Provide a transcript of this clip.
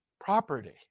property